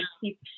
keep